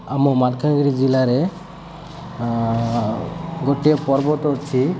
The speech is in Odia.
ଆମ ମାଲକାନଗିରି ଜିଲ୍ଲାରେ ଗୋଟିଏ ପର୍ବତ ଅଛି